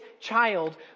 child